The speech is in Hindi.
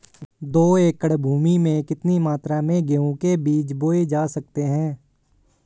दो एकड़ भूमि में कितनी मात्रा में गेहूँ के बीज बोये जा सकते हैं?